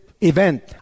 event